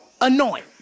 anoint